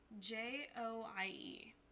J-O-I-E